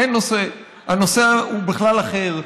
אין נושא, הנושא הוא בכלל אחר.